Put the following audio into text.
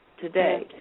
today